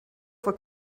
for